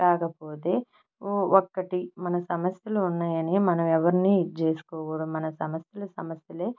కాకపోతే ఓ ఒక్కటి మన సమస్యలు ఉన్నాయని మనం ఎవరిని ఇది చేసుకోకూడదు మన సమస్యలు సమస్యలే